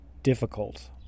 difficult